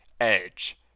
Edge